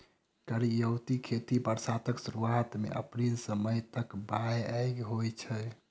करियौती खेती बरसातक सुरुआत मे अप्रैल सँ मई तक बाउग होइ छै